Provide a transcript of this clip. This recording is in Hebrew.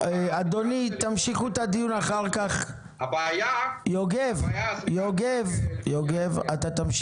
הבעיה היא, אני לא יודע